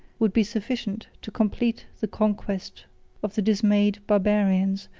would be sufficient to complete the conquest of the dismayed barbarians,